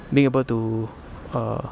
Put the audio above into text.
being able to err